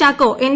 Chacko N